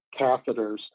catheters